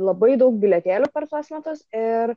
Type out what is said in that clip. labai daug bilietėlių per tuos metus ir